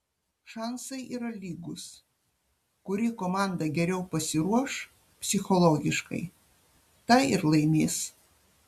šansai yra lygūs kuri komanda geriau pasiruoš psichologiškai ta ir laimės